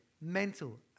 mental